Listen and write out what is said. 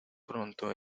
pronto